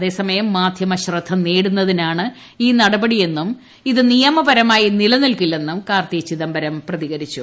അതേ സമയം മാധ്യമ ശ്രദ്ധ നേടുന്നതിനാണ് ഈ നടപടിയെന്നും ഇത് നിയമപരമായി നിലനിൽക്കില്ലെന്നും കാർത്തി ചിദംബരം പ്രതികരിച്ചു